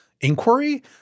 inquiry